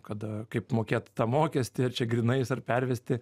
kada kaip mokėt tą mokestį ar čia grynais ar pervesti